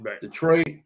Detroit